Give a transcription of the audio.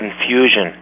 confusion